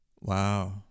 Wow